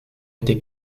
été